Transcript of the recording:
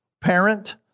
parent